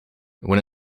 when